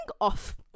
off